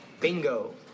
Bingo